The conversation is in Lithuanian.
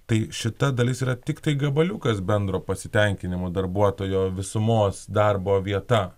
tai šita dalis yra tiktai gabaliukas bendro pasitenkinimo darbuotojo visumos darbo vieta